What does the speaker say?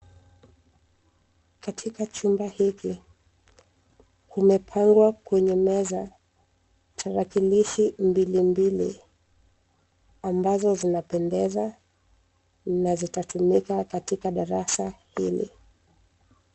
Katika chumba hiki, kumepangwa kwenye meza, tarakilishi mbilimbili, ambazo zinapendeza na zitatumika katika darasa hili.